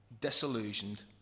disillusioned